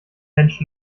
mensch